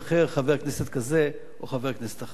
חבר כנסת כזה או חבר כנסת אחר.